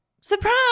surprise